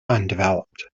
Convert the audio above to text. undeveloped